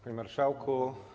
Panie Marszałku!